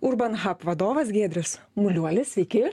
urbanhap vadovas giedrius muliuolis sveiki